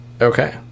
Okay